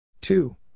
Two